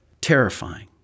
terrifying